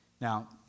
Now